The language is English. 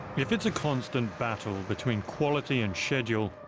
if it's a constant battle between quality and schedule,